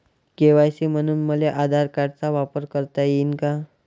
KYC म्हनून मले आधार कार्डाचा वापर करता येईन का?